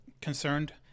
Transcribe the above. concerned